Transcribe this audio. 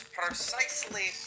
precisely